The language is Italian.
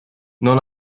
non